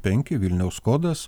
penki vilniaus kodas